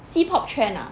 C pop trend ah